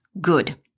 good